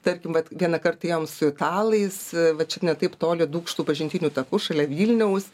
tarkim vat vieną kartą ėjom su italais va čia ne taip toli dūkštų pažintiniu taku šalia vilniaus